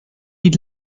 eat